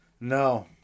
No